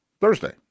Thursday